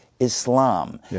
Islam